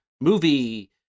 movie